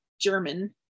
german